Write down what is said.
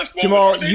Jamal